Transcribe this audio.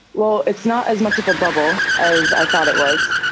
well, it's not as much of a bubble as i thought it was.